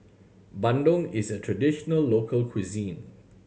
bandung is a traditional local cuisine